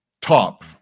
top